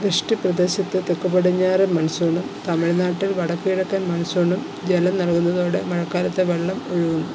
വൃഷ്ടിപ്രദേശത്ത് തെക്കുപടിഞ്ഞാറൻ മൺസൂണും തമിഴ്നാട്ടിൽ വടക്കുകിഴക്കൻ മൺസൂണും ജലം നൽകുന്നതോടെ മഴക്കാലത്ത് വെള്ളം ഒഴുകുന്നു